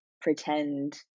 pretend